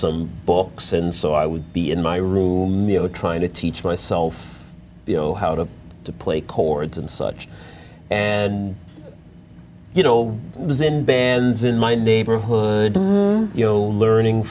some books and so i would be in my room you know trying to teach myself you know how to play chords and such and you know was in bands in my neighborhood you know learning